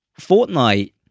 Fortnite